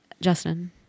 Justin